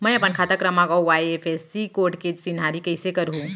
मैं अपन खाता क्रमाँक अऊ आई.एफ.एस.सी कोड के चिन्हारी कइसे करहूँ?